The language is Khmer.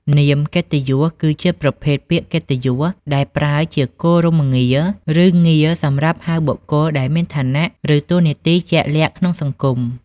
នាមកិត្តិយស គឺជាប្រភេទពាក្យកិត្តិយសដែលប្រើជាគោរមងារ ឬងារសម្រាប់ហៅបុគ្គលដែលមានឋានៈ ឬតួនាទីជាក់លាក់ក្នុងសង្គម។